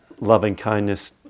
loving-kindness